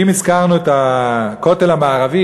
נסים הזכיר את הכותל המערבי,